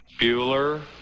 Bueller